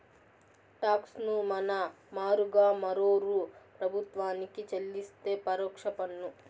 talks ను మన మారుగా మరోరూ ప్రభుత్వానికి చెల్లిస్తే పరోక్ష పన్ను